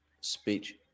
speech